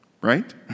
right